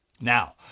Now